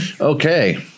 Okay